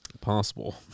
possible